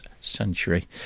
century